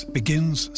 begins